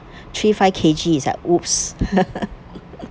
three five K_G is like !oops!